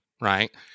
right